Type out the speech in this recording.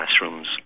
classrooms